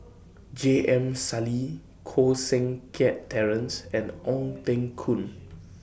J M Sali Koh Seng Kiat Terence and Ong Teng Koon